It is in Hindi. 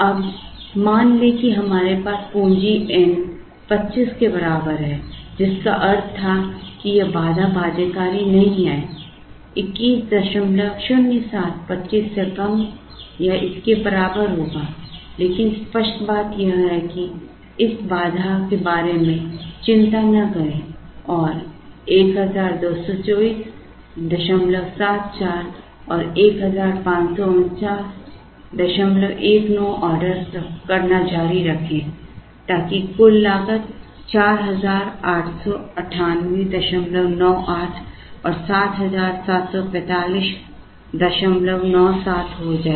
अब मान लें कि हमारे पास पूंजी N 25 के बराबर है जिसका अर्थ था कि यह बाधा बाध्यकारी नहीं है 2107 25 से कम या इसके बराबर होगा इसलिए स्पष्ट बात यह है कि इस बाधा के बारे में चिंता न करें और 122474 और 154919 ऑर्डर करना जारी रखें ताकि कुल लागत 489898 और 774597 हो जाए